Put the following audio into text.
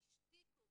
השתיקו,